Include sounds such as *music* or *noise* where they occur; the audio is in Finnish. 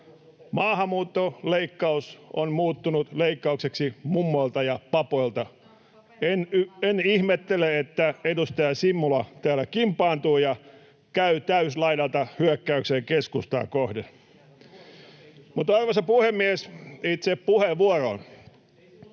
Maahanmuuttoleikkaus on muuttunut leikkaukseksi mummoilta ja papoilta. En ihmettele, että edustaja Simula täällä kimpaantuu ja käy täyslaidalta hyökkäykseen keskustaa kohden. *noise* Arvoisa puhemies! Itse puheenvuoroon.